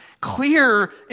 clear